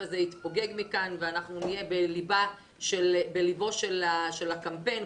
הזה יתפוגג מכאן ואנחנו נהיה בליבו של הקמפיין,